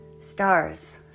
Stars